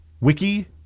Wiki